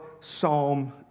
Psalm